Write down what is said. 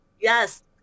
Yes